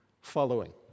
following